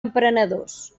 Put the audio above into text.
emprenedors